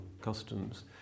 customs